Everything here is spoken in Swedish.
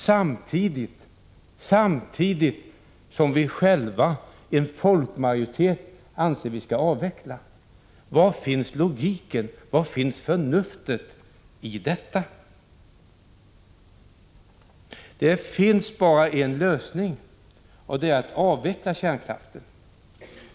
Samtidigt anser vi ju själva — en folkmajoritet bland oss —- att vi skall avveckla! Var finns logiken och förnuftet i detta? Det finns bara en lösning, och det är att avveckla kärnkraften.